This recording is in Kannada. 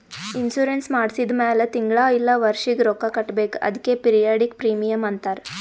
ಇನ್ಸೂರೆನ್ಸ್ ಮಾಡ್ಸಿದ ಮ್ಯಾಲ್ ತಿಂಗಳಾ ಇಲ್ಲ ವರ್ಷಿಗ ರೊಕ್ಕಾ ಕಟ್ಬೇಕ್ ಅದ್ಕೆ ಪಿರಿಯಾಡಿಕ್ ಪ್ರೀಮಿಯಂ ಅಂತಾರ್